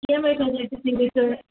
EMI facilities இங்கே இருக்கு